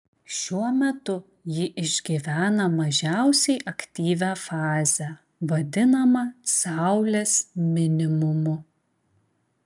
šiuo metu ji išgyvena mažiausiai aktyvią fazę vadinamą saulės minimumu